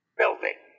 building